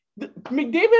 McDavid